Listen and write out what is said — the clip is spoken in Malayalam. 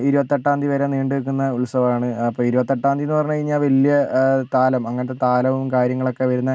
ഇരുപത്തെട്ടാന്തി വരെ നീണ്ടുനിൽക്കുന്ന ഉത്സവമാണ് അപ്പോൾ ഇരുപത്തെട്ടാന്തിന്ന് പറഞ്ഞു കഴിഞ്ഞാൽ വലിയ താലം അങ്ങനത്തെ താലവും കാര്യങ്ങളൊക്കെ വരുന്ന